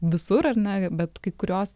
visur ar ne bet kai kurios